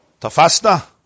Tafasta